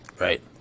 Right